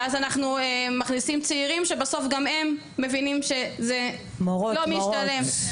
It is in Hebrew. ואז אנחנו מכניסים צעירים שבסוף גם הם מבינים שזה לא משתלם.